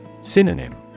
Synonym